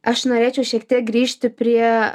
aš norėčiau šiek tiek grįžti prie